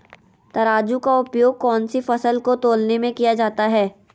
तराजू का उपयोग कौन सी फसल को तौलने में किया जाता है?